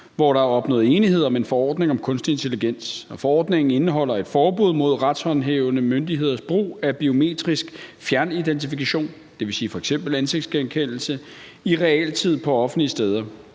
hvor der er opnået enighed om en forordning om kunstig intelligens. Forordningen indeholder et forbud mod retshåndhævende myndigheders brug af biometrisk fjernidentifikation, dvs. f.eks. ansigtsgenkendelse, i realtid på offentlige steder.